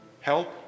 Help